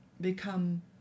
become